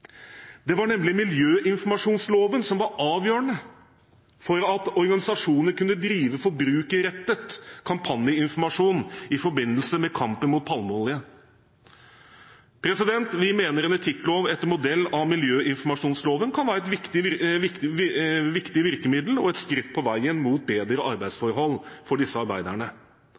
Det var nemlig miljøinformasjonsloven som var avgjørende for at organisasjoner kunne drive forbrukerrettet kampanjeinformasjon i forbindelse med kampen mot palmeolje. Vi mener at en etikklov etter modell av miljøinformasjonsloven kan være et viktig virkemiddel og et skritt på veien mot bedre arbeidsforhold for disse arbeiderne.